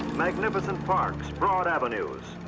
magnificent parks, broad avenues,